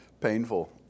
Painful